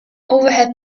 overhead